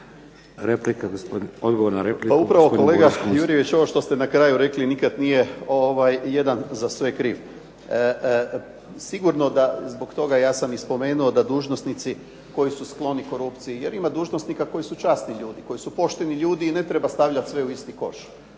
**Kunst, Boris (HDZ)** Pa upravo kolega Jurjević ovo što ste na kraju rekli nikada nije jedan za sve kriv. Sigurno zbog toga, ja sam i spomenuo da dužnosnici koji su skloni korupciji. Jer ima dužnosnika koji su časni ljudi, koji su pošteni ljudi i ne treba stavljati sve u isti koš.